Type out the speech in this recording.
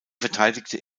verteidigte